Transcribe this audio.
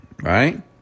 right